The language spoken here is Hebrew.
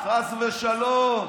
חס ושלום,